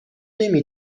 نمی